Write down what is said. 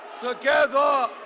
together